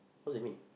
what do you mean